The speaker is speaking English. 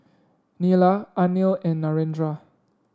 Neila Anil and Narendra